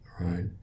right